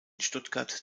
stuttgart